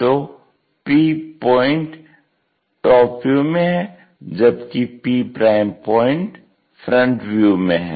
तो p point top view में हैं जबकि p पॉइंट फ्रंट व्यू में हैं